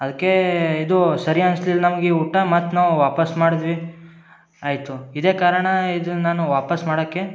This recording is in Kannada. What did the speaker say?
ಅದಕ್ಕೆ ಇದು ಸರಿ ಅನ್ಸ್ಲಿಲ್ಲ ನಮಗೆ ಊಟ ಮತ್ತು ನಾವು ವಾಪಾಸ್ ಮಾಡಿದ್ವಿ ಆಯಿತು ಇದೇ ಕಾರಣ ಇದು ನಾನು ವಾಪಾಸ್ ಮಾಡಕ್ಕೆ